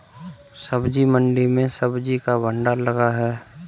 सब्जी मंडी में सब्जी का भंडार लगा है